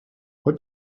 what